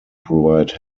provide